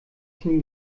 knie